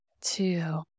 two